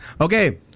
Okay